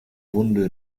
hunde